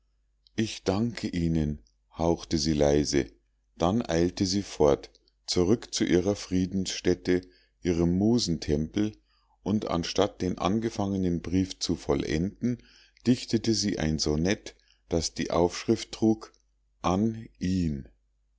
ich danke ihnen hauchte sie leise dann eilte sie fort zurück zu ihrer friedensstätte ihrem musentempel und anstatt den angefangenen brief zu vollenden dichtete sie ein sonett das die aufschrift trug an ihn